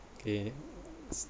okay